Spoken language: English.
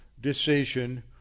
decision